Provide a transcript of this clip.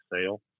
sale